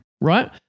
Right